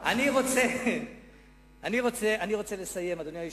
אני רוצה לסיים, אדוני היושב-ראש.